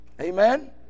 Amen